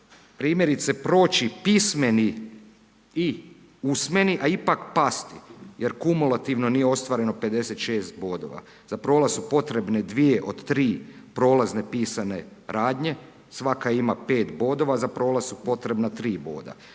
primjeri proći pismeni i usmeni, a ipak pasti jer kumulativno nije ostvareno 56 bodova. Za prolaz su potrebne dvije od tri prolazne pisane radnje. Svaka ima 5 bodova, za prolaz su potrebna 3 boda.